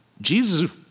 Jesus